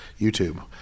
YouTube